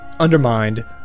undermined